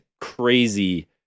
crazy